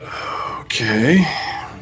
Okay